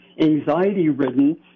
anxiety-ridden